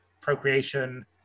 procreation